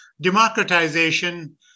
Democratization